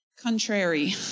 contrary